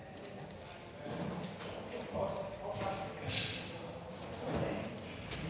Tak